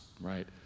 right